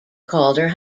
calder